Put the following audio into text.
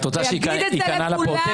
את רוצה שהוא ייכנע לפרוטקשן?